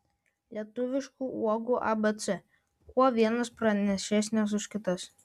lietuviškų uogų abc kuo vienos pranašesnės už kitas